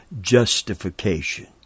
justification